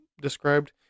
described